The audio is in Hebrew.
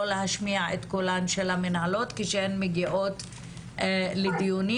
להשמיע את קולן של המנהלות כשהן מגיעות לדיונים.